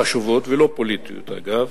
חשובות ולא פוליטיות, אגב,